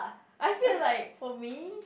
I feel like for me